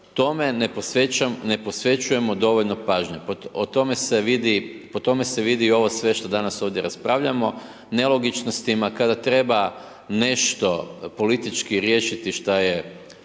tome ne posvećujemo dovoljno pažnje. Po tome se vidi ovo sve što danas ovdje raspravljamo. Nelogičnostima kada treba nešto politički riješiti šta je,